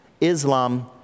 Islam